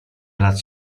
lat